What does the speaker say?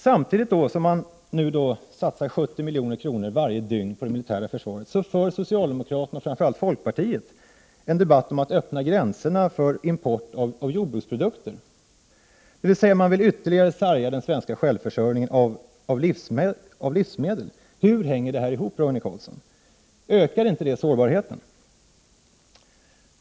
Samtidigt som man varje dygn satsar 70 milj.kr. på det militära försvaret, resonerar socialdemokraterna, och framför allt folkpartiet, om att öppna gränserna för import av jordbruksprodukter, dvs. man vill ytterligare sarga den svenska självförsörjningen av livsmedel. Hur hänger det här ihop, Roine Carlsson? Ökar inte detta sårbarheten?